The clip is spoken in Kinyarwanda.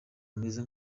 ameze